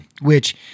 which-